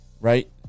right